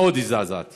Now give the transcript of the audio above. מאוד הזדעזעתי